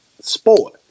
sport